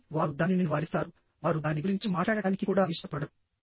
కాబట్టి వారు దానిని నివారిస్తారు వారు దాని గురించి మాట్లాడటానికి కూడా ఇష్టపడరు